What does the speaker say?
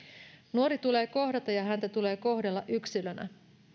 nuori tulee kohdata ja häntä tulee kohdella yksilönä